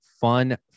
fun